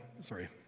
sorry